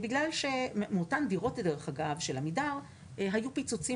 מאותן דירות של עמידר היה פיצוצים